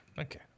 Okay